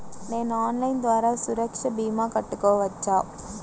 నేను ఆన్లైన్ ద్వారా సురక్ష భీమా కట్టుకోవచ్చా?